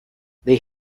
they